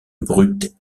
brute